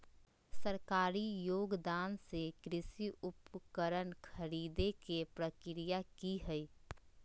सरकारी योगदान से कृषि उपकरण खरीदे के प्रक्रिया की हय?